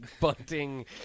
bunting